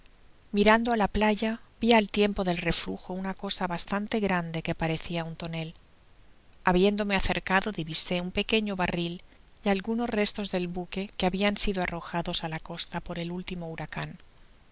mirando á la playa vi al tiempo del reflujo una cosa bastante grande que parecia un tonel habiéndome acercado divisé un pequeño barril y algunos restos del buque que habian sido arrojados á la costa por el último huracan